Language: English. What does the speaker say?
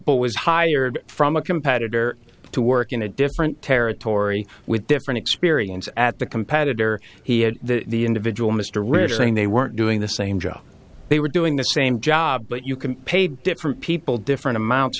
but was hired from a competitor to work in a different territory three with different experience at the competitor he had the individual mr rich saying they weren't doing the same job they were doing the same job but you can pay different people different amounts